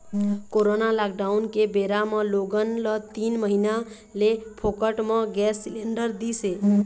corona lockdown के बेरा म लोगन ल तीन महीना ले फोकट म गैंस सिलेंडर दिस हे